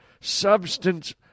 substance